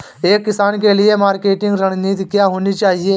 एक किसान के लिए मार्केटिंग रणनीति क्या होनी चाहिए?